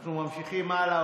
אנחנו ממשיכים הלאה,